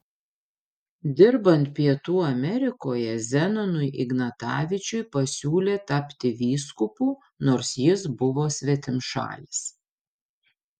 dirbant pietų amerikoje zenonui ignatavičiui pasiūlė tapti vyskupu nors jis buvo svetimšalis